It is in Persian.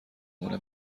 مونه